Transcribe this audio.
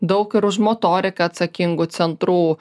daug ir už motoriką atsakingų centrų